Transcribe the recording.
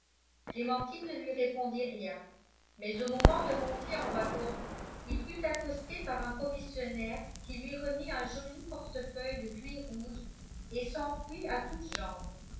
clémentine ne lui répondit rien mais au moment de monter en wagon il fut accosté par un commissionnaire qui lui remit un joli portefeuille de cuir rouge et s'enfuit à toutes jambes